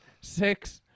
Six